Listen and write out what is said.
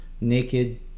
naked